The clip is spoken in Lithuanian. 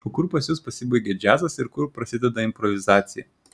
o kur pas jus pasibaigia džiazas ir kur prasideda improvizacija